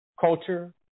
culture